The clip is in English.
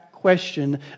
question